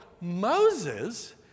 Moses